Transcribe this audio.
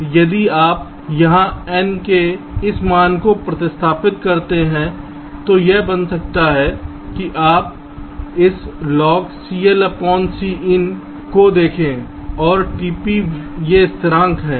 तो यदि आप यहाँ N के इस मान को प्रतिस्थापित करते हैं तो यह बनता है कि आप इस logCLCin को देखें और tp ये स्थिरांक हैं